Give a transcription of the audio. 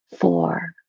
Four